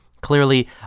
Clearly